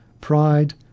pride